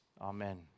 Amen